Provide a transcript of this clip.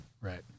Right